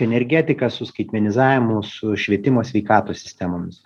energetika su skaitmenizavimu su švietimo sveikatos sistemomis